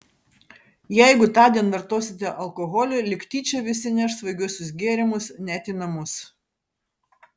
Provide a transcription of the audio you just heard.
jeigu tądien vartosite alkoholį lyg tyčia visi neš svaigiuosius gėrimus net į namus